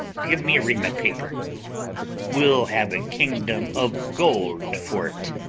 give me a ream of paper we'll have a kingdom of gold for't.